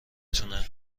تونه